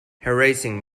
harassing